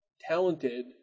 talented